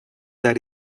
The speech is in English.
that